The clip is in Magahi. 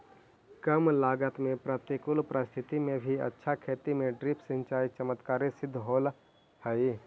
कम लागत में प्रतिकूल परिस्थिति में भी अच्छा खेती में ड्रिप सिंचाई चमत्कारी सिद्ध होल हइ